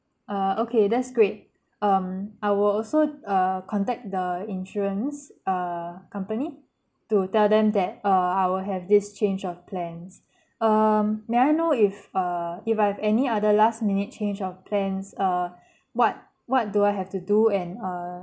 uh okay that's great um I will also uh contact the insurance uh company to tell them that uh I will have this change of plans um may I know if uh if I have any other last minute change of plans uh what what do I have to do and uh